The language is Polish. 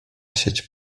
sieć